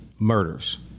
Murders